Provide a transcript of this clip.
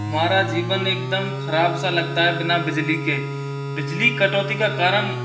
हमारा जीवन एकदम ख़राब सा लगता है बिना बिजली के बिजली कटौती का कारण